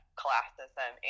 classism